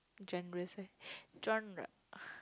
genres eh genre